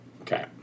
Okay